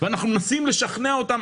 ואנחנו מנסים לשכנע אותם,